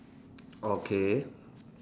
okay